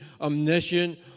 omniscient